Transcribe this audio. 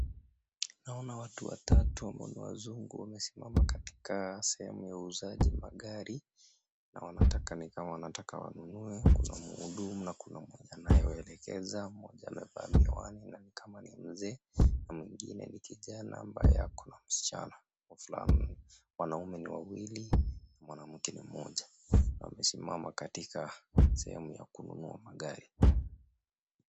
Naona watu watatu ambao ni wazungu wamesimama katika sehemu ya uuzaji magari na ni kama wanataka wanunue kuna mhudumu na kuna mwenye anawaelekeza mmoja amevaa miwani na ni kama ni mzee na mwingine ni kijana ambaye ako na msichana wanaume ni wawili mwanamke mmoja wamesimama katika sehemu ya kununua magari.